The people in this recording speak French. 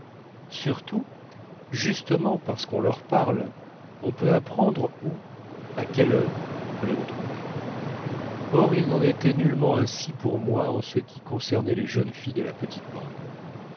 surtout justement parce qu'on leur parle on peut apprendre où à quelles heures on peut les retrouver or il n'en était nullement ainsi pour moi en ce qui concernait les jeunes filles de la petite bande